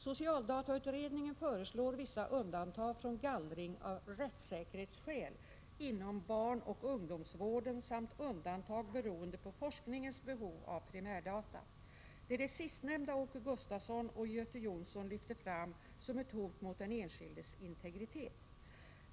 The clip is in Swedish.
Socialdatautredningen föreslår vissa undantag från gallring av rättssäkerhetsskäl inom barnoch ungdomsvården samt undantag beroende på forskningens behov av primärdata. Det är det sistnämnda Åke Gustavsson och Göte Jonsson lyfter fram som ett hot mot den enskildes integritet.